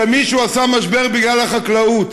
שמישהו עשה משבר בגלל החקלאות.